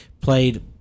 played